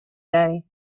day